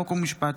חוק ומשפט.